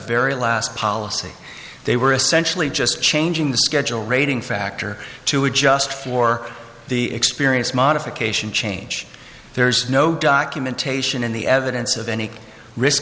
very last policy they were essentially just changing the schedule rating factor to adjust for the experience modification change there's no documentation in the evidence of any risk